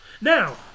now